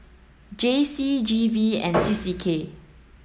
J C G V and C C K